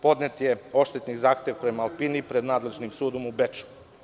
Podnet je odštetni zahtev prema „Alpini“ i pred nadležnim sudom u Beču.